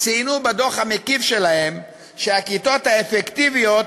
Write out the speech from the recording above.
ציינו בדוח המקיף שלהם שהכיתות האפקטיביות